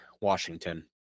Washington